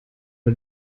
nur